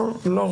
לא.